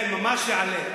כן, ממש יעלה.